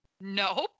Nope